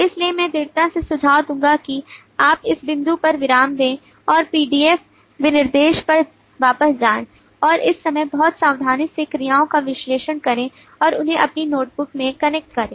इसलिए मैं दृढ़ता से सुझाव दूंगा कि आप इस बिंदु पर विराम दें और PDF विनिर्देश पर वापस जाएं और इस समय बहुत सावधानी से क्रियाओं का विश्लेषण करें और उन्हें अपनी नोटबुक में कनेक्ट करें